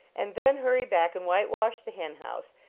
and then hurry back and whitewash the hen house,